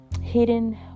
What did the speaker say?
hidden